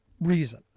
reason